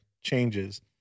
changes